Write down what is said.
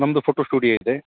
ನಮ್ಮದು photo studio ಇದೆ